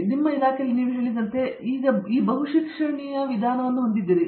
ಆದ್ದರಿಂದ ನಿಮ್ಮ ಇಲಾಖೆಯಲ್ಲಿ ನೀವು ಹೇಳಿದಂತೆ ನೀವು ಈ ಬಹುಶಿಕ್ಷಣೀಯ ವಿಧಾನವನ್ನು ಹೊಂದಿದ್ದೀರಿ